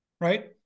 right